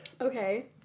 Okay